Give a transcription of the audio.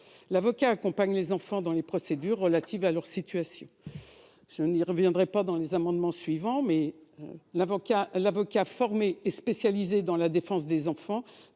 L'avocat accompagne les enfants dans les procédures relatives à leur situation. Je n'y reviendrai pas dans la discussion des prochains amendements : l'avocat formé et spécialisé dans la défense des enfants